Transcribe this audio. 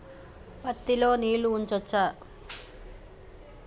పత్తి లో నీళ్లు ఉంచచ్చా?